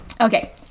Okay